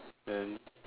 and